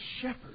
shepherd